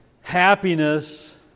happiness